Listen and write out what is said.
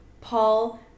Paul